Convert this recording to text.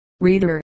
reader